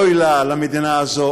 אוי לה למדינה הזאת,